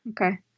Okay